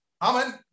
Amen